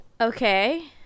okay